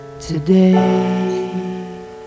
today